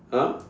!huh!